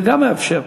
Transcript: וגם מאפשר.